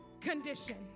condition